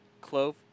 clove